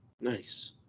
Nice